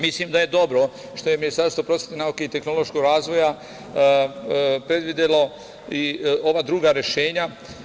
Mislim da je dobro što je Ministarstvo prosvete, nauke i tehnološkog razvoja predvidelo i ova druga rešenja.